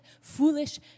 foolish